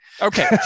Okay